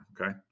okay